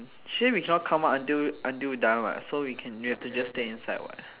actually we cannot come out until until done what so we have to just stay inside what